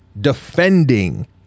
defending